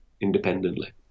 independently